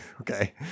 Okay